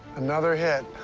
another hit.